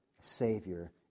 Savior